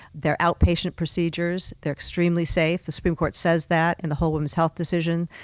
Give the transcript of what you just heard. they're outpatient procedures, they're extremely safe. the supreme court says that in the whole woman's health decision.